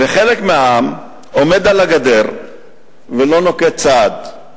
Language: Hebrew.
וחלק מהעם עומד על הגדר ולא נוקט צעד.